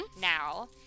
now